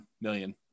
million